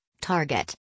target